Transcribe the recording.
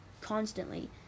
constantly